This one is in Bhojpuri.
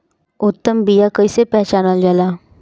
उत्तम बीया कईसे पहचानल जाला?